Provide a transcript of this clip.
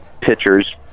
pitchers